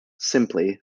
simply